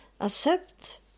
accept